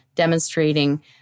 demonstrating